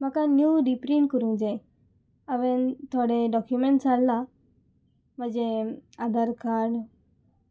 म्हाका न्यू डिप्रींट करूंक जाय हांवेन थोडे डॉक्युमेंट्स हाडला म्हजें आधार कार्ड